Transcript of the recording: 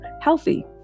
healthy